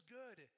good